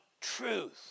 truth